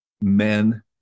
men